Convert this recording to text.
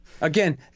Again